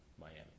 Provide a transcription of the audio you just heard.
Miami